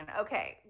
okay